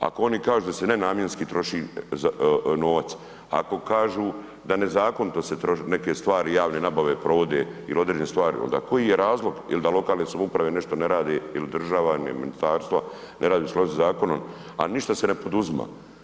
Ako oni kažu da se nenamjenski troši novac, ako kažu da nezakonito se troše neke stvari, javne nabave provode ili određene stvari, onda koji je razlog, ili da lokalne samouprave nešto ne rade ili država, ministarstva ne rade u skladu sa zakonom, a ništa se ne poduzima.